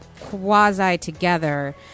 quasi-together